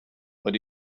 but